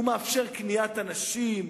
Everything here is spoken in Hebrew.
הוא מאפשר קניית אנשים,